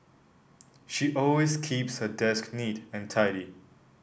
she always keeps her desk neat and tidy